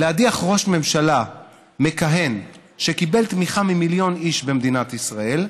להדיח ראש ממשלה מכהן שקיבל תמיכה ממיליון איש במדינת ישראל,